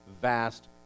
vast